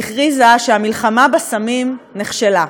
היא הכריזה שהמלחמה בסמים נכשלה,